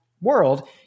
World